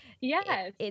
yes